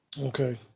okay